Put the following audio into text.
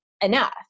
enough